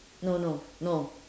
no no no